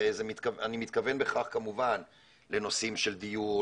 ואני מתכוון בכך לנושאים של דיור,